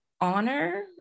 honor